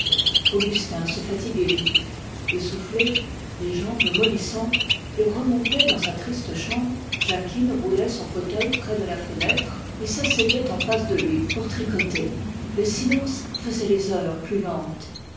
augustin se fatiguait vite essoufflé les jambes mollissantes il remontait dans sa triste chambre jacquine roulait son fauteuil près de la fenêtre et s'asseyait en face de lui pour tricoter le silence faisait les heures plus lentes